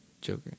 Joker